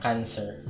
Cancer